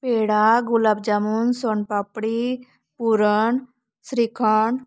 पेडा गुलाबजामुन सोनपापडी पुरण श्रीखंड